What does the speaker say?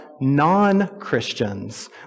non-Christians